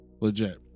legit